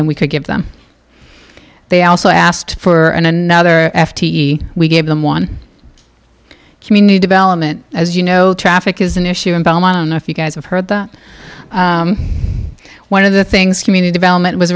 than we could give them they also asked for another f t e we gave them one community development as you know traffic is an issue in belmont and if you guys have heard that one of the things community development was